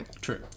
true